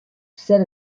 zer